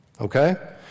Okay